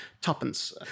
tuppence